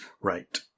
Right